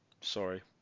Sorry